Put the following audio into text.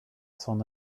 s’en